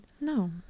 No